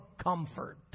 comfort